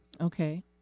Okay